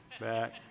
back